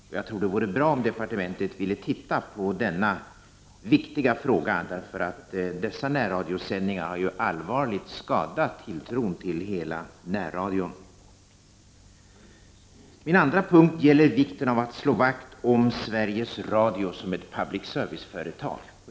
Jag tror att det vore bra om departementet ville titta på denna viktiga fråga. Dessa närradiosändningar har allvarligt skadat tilltron till närradion som sådan. Den andra punkten gäller vikten av att slå vakt om Sveriges Radio som ett public service-företag.